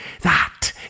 That